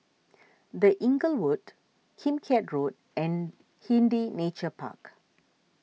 the Inglewood Kim Keat Road and Hindhede Nature Park